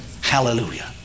Hallelujah